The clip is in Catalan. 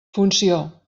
funció